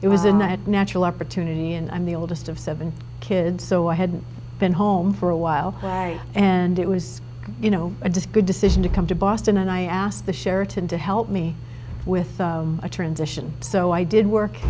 it was in that natural opportunity and i'm the oldest of seven kids so i had been home for a while play and it was you know a disc good decision to come to boston and i asked the sheraton to help me with a transition so i did work